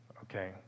Okay